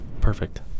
Perfect